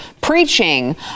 preaching